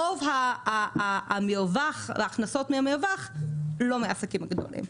ורוב המרווח וההכנסות מהמרווח לא מעסקים גדולים.